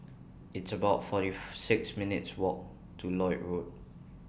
It's about forty six minutes' Walk to Lloyd Road